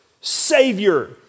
Savior